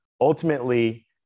ultimately